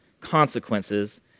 consequences